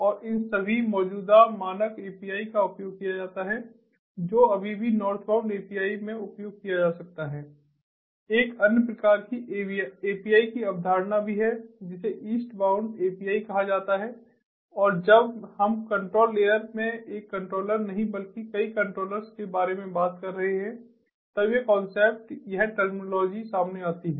और इन सभी मौजूदा मानक API का उपयोग किया जाता है जो अभी भी नार्थबाउंड API में उपयोग किया जा सकता है एक अन्य प्रकार की API की अवधारणा भी है जिसे ईस्ट वेस्टबाउंड API कहा जाता है और जब हम कंट्रोल लेयर में एक कंट्रोलर नहीं बल्कि कई कंट्रोलर्स के बारे में बात कर रहे हैं तब यह कॉन्सेप्ट यह टर्मिनोलॉजी सामने आती है